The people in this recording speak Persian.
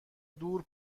دور